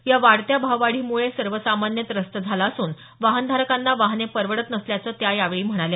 या वाढत्या भाववाढीमुळे सर्वसामान्य त्रस्त झाला असुन वाहनधारकांना वाहने परवडत नसल्याचं त्या म्हणाल्या